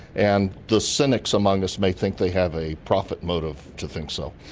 and the cynics among us may think they have a profit motive to think so.